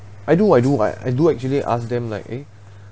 I do I do I I do actually ask them like eh